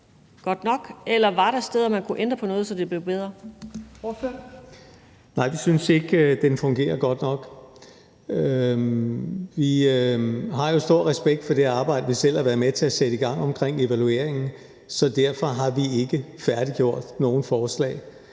Nej, vi synes ikke, den fungerer godt nok. Vi har jo stor respekt for det arbejde, vi selv har været med til at sætte i gang, omkring evalueringen, så derfor har vi ikke færdiggjort nogen forslag.